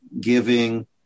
giving